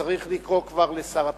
צריך לקרוא כבר לשר הפנים.